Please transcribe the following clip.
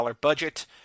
budget